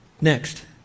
Next